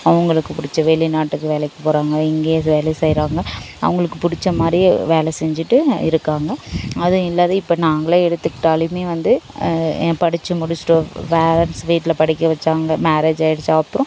அவங்களுக்கு பிடிச்ச வெளிநாட்டுக்கு வேலைக்கு போகிறாங்க இங்கேயே ஒரு வேலை செய்கிறாங்க அவங்களுக்கு பிடிச்ச மாதிரியே வேலை செஞ்சுட்டு இருக்காங்க அதுவும் எல்லாமே இப்போ நாங்களே எடுத்துக்கிட்டாலுமே வந்து என் படித்து முடிச்சுட்டு ஆர்ட்ஸ் வீட்டில் படிக்க வச்சாங்க மேரேஜ் ஆயிடுச்சு அப்புறோ